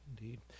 Indeed